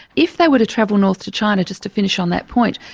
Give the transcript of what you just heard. if they were to travel north to china, just to finish on that point,